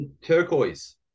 Turquoise